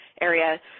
Area